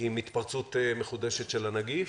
עם התפרצות מחודשת של הנגיף,